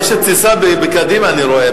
יש תסיסה בקדימה אני רואה.